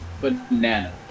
banana